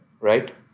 right